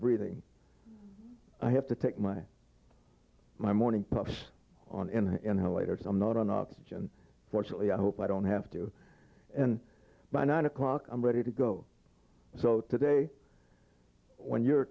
breathing i have to take my morning puffs on and her later so i'm not on oxygen fortunately i hope i don't have to and by nine o'clock i'm ready to go so today when your